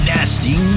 Nasty